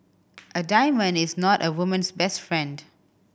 a diamond is not a woman's best friend